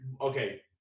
Okay